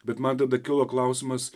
bet man tada kilo klausimas